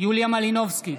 יוליה מלינובסקי,